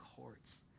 courts